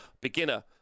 Beginner